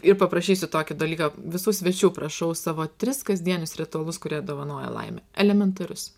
ir paprašysiu tokį dalyką visų svečių prašau savo tris kasdienius ritualus kurie dovanoja laimę elementarius